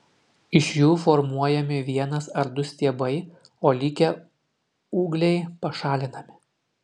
iš jų formuojami vienas ar du stiebai o likę ūgliai pašalinami